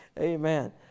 Amen